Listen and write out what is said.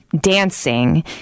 dancing